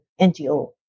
NGO